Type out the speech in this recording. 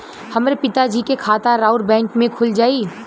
हमरे पिता जी के खाता राउर बैंक में खुल जाई?